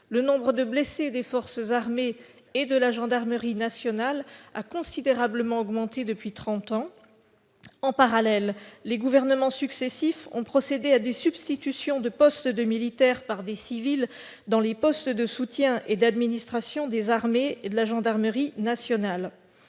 Le nombre de blessés dans les forces armées et dans la gendarmerie nationale a considérablement augmenté depuis trente ans. En parallèle, les gouvernements successifs ont procédé à des substitutions de militaires par des civils pour des postes de soutien et d'administration dans les armées et la gendarmerie nationale.